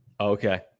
Okay